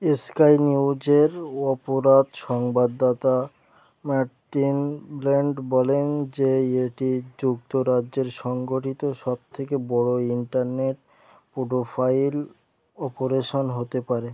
sky নিউজের অপরাধ সংবাদদাতা মার্টিন ব্ল্যান্ড বলেন যে এটি যুক্তরাজ্যের সংঘটিত সব থেকে বড় ইন্টারনেট পেডোফাইল অপারেশন হতে পারে